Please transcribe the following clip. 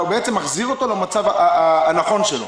אתה בעצם מחזיר אותו למצב הנכון שלו.